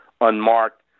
unmarked